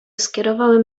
skierowałem